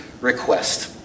request